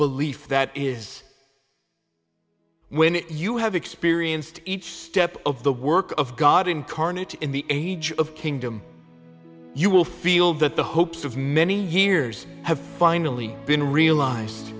belief that is when you have experienced each step of the work of god incarnate in the age of kingdom you will feel that the hopes of many years have finally been realized